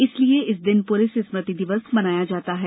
इसलिए इस दिन पुलिस स्मृति दिवस मनाया जाता है